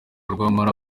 rwampara